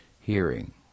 hearing